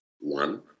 one